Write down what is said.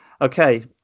Okay